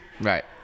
right